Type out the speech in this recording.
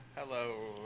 Hello